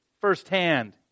firsthand